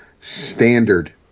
standard